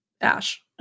Ash